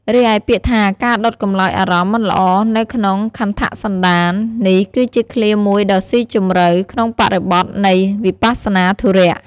រីឯ ពាក្យថា "ការដុតកម្លោចអារម្មណ៍មិនល្អនៅក្នុងខន្ធសន្តាន" នេះគឺជាឃ្លាមួយដ៏ស៊ីជម្រៅក្នុងបរិបទនៃ វិបស្សនាធុរៈ។